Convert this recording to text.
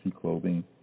Clothing